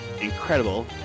Incredible